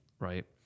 right